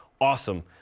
awesome